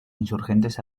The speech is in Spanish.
insurgentes